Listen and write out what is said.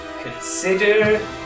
Consider